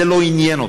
זה לא עניין אותו.